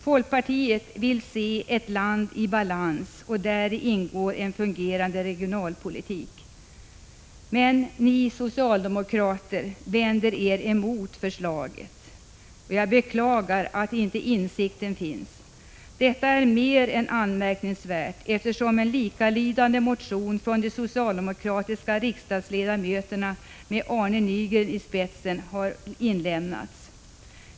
Folkpartiet vill se ett land i balans, och däri ingår en fungerande regionalpolitik. Men ni socialdemokrater vänder er emot förslaget. Jag beklagar att inte insikten finns. Detta är mer än anmärkningsvärt, eftersom de socialdemokratiska riksdagsledamöterna med Arne Nygren i spetsen har avlämnat en likalydande motion.